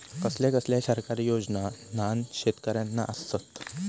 कसले कसले सरकारी योजना न्हान शेतकऱ्यांना आसत?